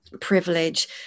privilege